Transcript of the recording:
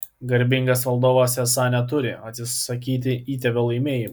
garbingas valdovas esą neturi atsisakyti įtėvio laimėjimų